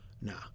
Nah